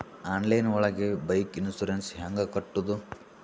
Online ಒಳಗೆ bike insurance ಹ್ಯಾಂಗ್ ಕಟ್ಟುದು?